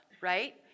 right